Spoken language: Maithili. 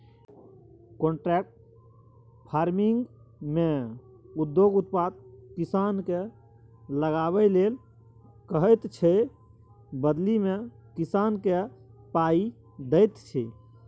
कांट्रेक्ट फार्मिंगमे उद्योग उत्पाद किसानकेँ लगाबै लेल कहैत छै बदलीमे किसानकेँ पाइ दैत छै